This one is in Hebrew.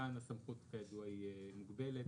כאן הסמכות כידוע היא מוגבלת.